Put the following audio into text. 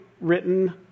written